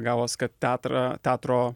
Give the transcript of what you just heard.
gavos kad teatrą teatro